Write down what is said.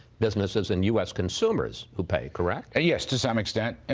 businesses and u s. consumers who pay, correct? ah yes, to some extent.